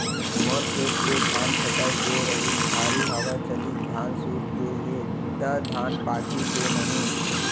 मोर खेत के धान छटक गे रहीस, भारी हवा चलिस, धान सूत गे हे, त धान पाकही के नहीं?